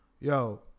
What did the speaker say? Yo